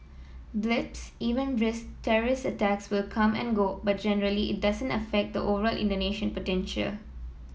blips event risks terrorist attacks will come and go but generally it doesn't affect the overall Indonesian potential